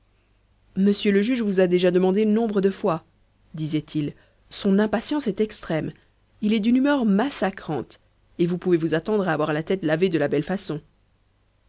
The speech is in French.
monsieur le juge vous a déjà demandé nombre de fois disait-il son impatience est extrême il est d'une humeur massacrante et vous pouvez vous attendre à avoir la tête lavée de la belle façon